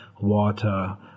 water